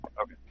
Okay